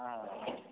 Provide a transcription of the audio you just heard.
ಹಾಂ